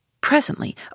Presently